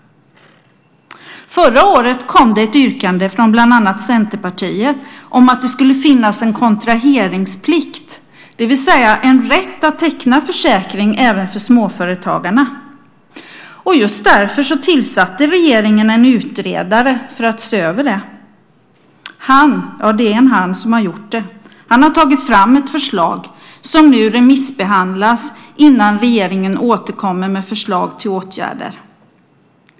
Förra året kom det ett yrkande från bland annat Centerpartiet om att det skulle finnas en kontraheringsplikt, det vill säga en rätt att teckna försäkring även för småföretagarna. Just därför tillsatte regeringen en utredare för att se över det. Han - det är en han som har gjort det - har tagit fram ett förslag som nu remissbehandlas innan regeringen återkommer med förslag till åtgärder.